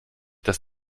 dass